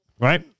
Right